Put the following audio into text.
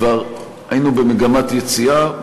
כבר היינו במגמת יציאה.